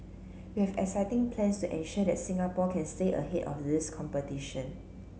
we have exciting plans to ensure that Singapore can stay ahead of this competition